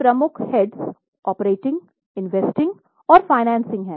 तीन प्रमुख heads operating investing और फाइनेंसिंग हैं